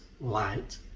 light